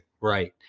Right